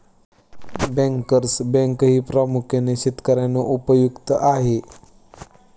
bankers बँकही प्रामुख्याने शेतकर्यांना उपयुक्त आहे